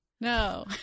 no